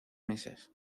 mesas